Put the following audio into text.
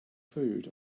food